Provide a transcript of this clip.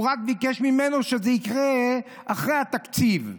הוא רק ביקש ממנו שזה יקרה אחרי התקציב.